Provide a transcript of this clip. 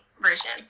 version